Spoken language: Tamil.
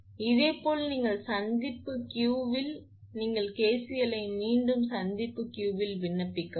சமன்பாடு இதேபோல் நீங்கள் சந்திப்பு Q இல் நீங்கள் KCL ஐ மீண்டும் சந்திப்பு Q இல் விண்ணப்பிக்கவும்